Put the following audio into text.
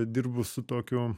dirbu su tokiu